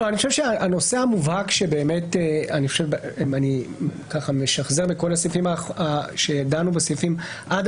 אני חושב שהנושא המובהק - אני משחזר מכל הסעיפים בהם דנו עד